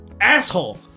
asshole